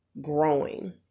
growing